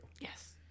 yes